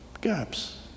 gaps